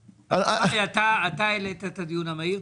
אתה העלית את הדיון המהיר.